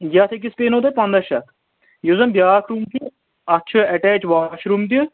یَتھ أکِس پٮ۪نو تۄہہِ پنٛداہ شَتھ یُس زَن بیٛاکھ روٗم چھُ تتھ چھُ ایٹیچ واش روٗم تہِ